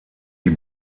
die